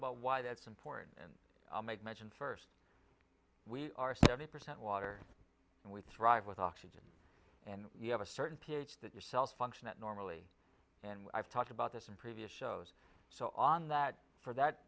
about why that's important and i might mention first we are seventy percent water and we thrive with oxygen and you have a certain ph that yourself function that normally and i've talked about this in previous shows so on that for that